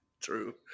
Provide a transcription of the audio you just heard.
True